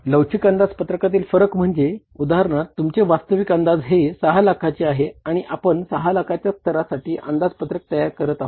लवचिक अंदाजपत्रकातील फरक म्हणजे उदाहरणार्थ तुमचे वास्तविक अंदाज हे 6 लाखाचे आहे आणि आपण 6 लाखाच्या स्तरासाठी अंदाजपत्रक तयार करणार आहोत